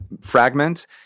fragment